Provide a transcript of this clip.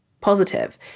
positive